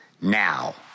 now